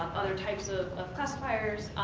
other types of classifiers.